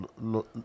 lo